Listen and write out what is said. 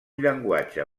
llenguatge